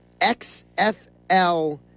XFL